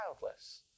childless